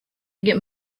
get